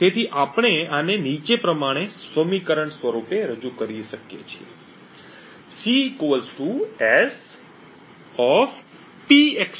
તેથી આપણે આને નીચે પ્રમાણે સમીકરણ સ્વરૂપે રજૂ કરી શકીએ છીએ C SP XOR k